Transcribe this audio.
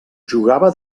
jugava